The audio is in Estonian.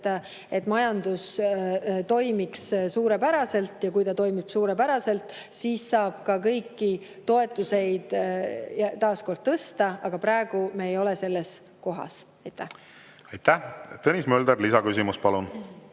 et majandus toimiks suurepäraselt. Kui ta toimib suurepäraselt, siis saab ka kõiki toetusi taas kord tõsta, aga praegu me ei ole selles seisus. Tõnis Mölder, lisaküsimus, palun!